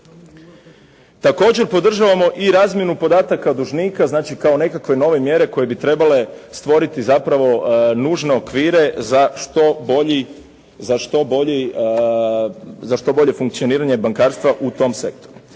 Također podržavamo i razmjenu podataka dužnika znači kao nekakve nove mjere koje bi trebale stvoriti zapravo nužno okvire za što bolje funkcioniranje bankarstva u tom sektoru.